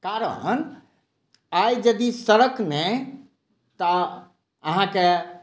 कारण आइ यदि सड़क नहि तऽ अहाँके